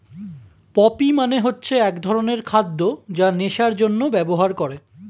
poppy মানে হচ্ছে এক ধরনের খাদ্য যা নেশার জন্যে ব্যবহার করে